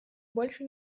больше